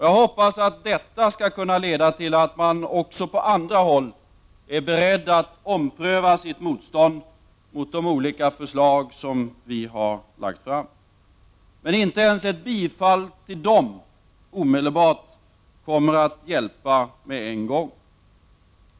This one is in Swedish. Jag hoppas att detta skall kunna leda till att man också på andra håll är beredd att ompröva sitt motstånd mot de olika förslag vi har lagt fram. Men inte ens ett bifall till våra förslag kommer att hjälpa med en gång.